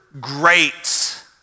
great